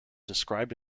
depicted